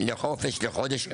לחופש לחודש.